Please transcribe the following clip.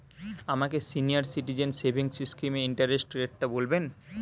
আমাকে senior citizen savings স্কিমের interest রেটটা বলবেন